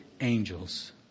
angels